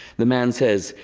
the man says,